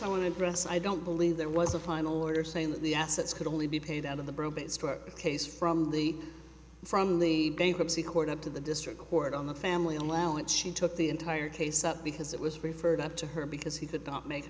i want to dress i don't believe there was a final order saying that the assets could only be paid out of the probate stuart case from the from the bankruptcy court up to the district court on the family allowance she took the entire case up because it was referred up to her because he could not make